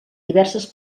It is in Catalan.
diverses